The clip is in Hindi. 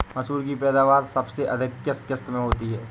मसूर की पैदावार सबसे अधिक किस किश्त में होती है?